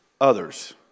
others